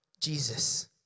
Jesus